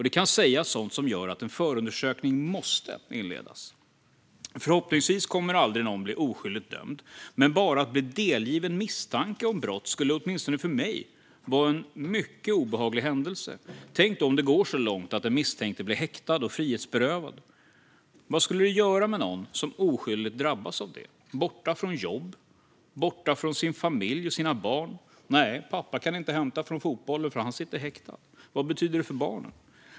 Det kan sägas sådant som gör att en förundersökning måste inledas. Förhoppningsvis kommer aldrig någon att bli oskyldigt dömd, men bara att bli delgiven misstanke om brott skulle åtminstone för mig vara en mycket obehaglig händelse. Tänk då om det går så långt att den misstänkte blir häktad och frihetsberövad. Vad skulle det göra med någon som oskyldigt drabbas av det och måste vara borta från jobbet och borta från sin familj och sina barn? "Nej, pappa kan inte hämta från fotbollen, för han sitter häktad." Vad betyder det för barnen?